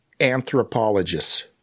anthropologists